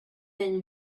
been